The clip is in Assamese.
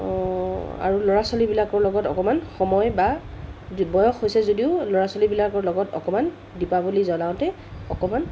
আৰু ল'ৰা ছোৱালীবিলাকৰ লগত অকণমান সময় বা বয়স হৈছে যদিও ল'ৰা ছোৱালীবিলকৰ লগত অকণমান দীপাৱলী জলাওঁতে অকণমান